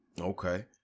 Okay